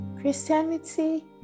Christianity